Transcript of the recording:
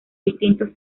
distintos